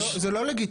זה לא לגיטימי.